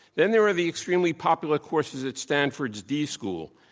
then there are the extremely popular courses at stanford's d school,